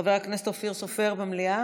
חבר הכנסת אופיר סופר במליאה?